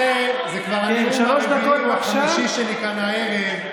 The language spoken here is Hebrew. זה כבר הנאום הרביעי או החמישי שלי כאן הערב.